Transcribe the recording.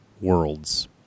Worlds